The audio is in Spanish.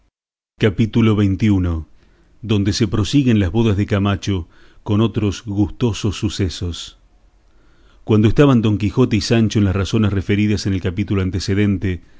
capítulo xxi donde se prosiguen las bodas de camacho con otros gustosos sucesos cuando estaban don quijote y sancho en las razones referidas en el capítulo antecedente